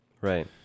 Right